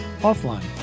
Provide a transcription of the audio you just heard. offline